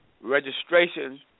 registration